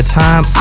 time